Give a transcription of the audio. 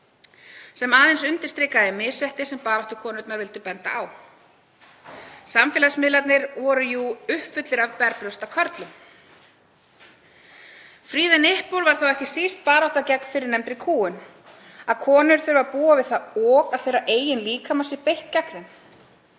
sem aðeins undirstrikaði misréttið sem baráttukonurnar vildu benda á. Samfélagsmiðlarnir voru jú uppfullir af berbrjósta körlum. #freethenipple var þá ekki síst barátta gegn fyrrnefndri kúgun, að konur þurfi að búa við það ok að þeirra eigin líkama sé beitt gegn þeim.